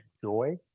joy